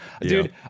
Dude